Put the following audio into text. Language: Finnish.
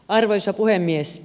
arvoisa puhemies